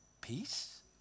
peace